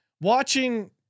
watching